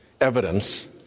evidence